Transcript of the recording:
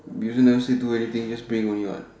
also never say do anything just bring only what